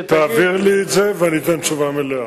תעביר לי את זה ואני אתן תשובה מלאה,